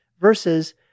Versus